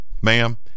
ma'am